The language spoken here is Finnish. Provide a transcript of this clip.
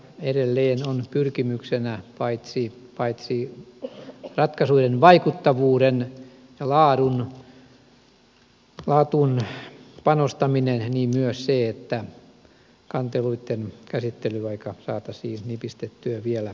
edelleen on pyrkimyksenä paitsi ratkaisujen vaikuttavuuteen ja laatuun panostaminen myös se että kanteluitten käsittelyaikaa saataisiin nipistettyä vielä lyhyemmäksi